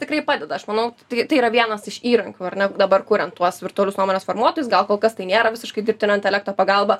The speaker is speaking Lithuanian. tikrai padeda aš manau tai tai yra vienas iš įrankių ar ne dabar kuriant tuos virtualius nuomonės formuotojus gal kol kas tai nėra visiškai dirbtinio intelekto pagalba